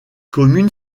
commune